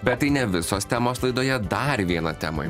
bet tai ne visos temos laidoje dar viena tema